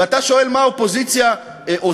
ואתה שואל מה האופוזיציה עושה?